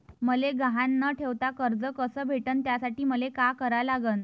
मले गहान न ठेवता कर्ज कस भेटन त्यासाठी मले का करा लागन?